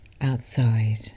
outside